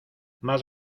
más